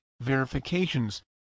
verifications